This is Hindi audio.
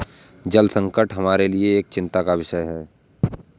जल संकट हमारे लिए एक चिंता का विषय है